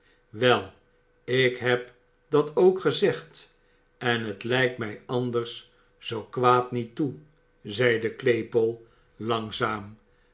wel ik heb dat ook gezegd en het lijkt mij anders zoo kwaad niet toe zeide claypole langzaam